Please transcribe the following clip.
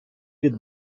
від